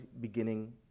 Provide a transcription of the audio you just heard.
beginning